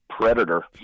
predator